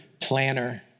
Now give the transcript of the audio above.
planner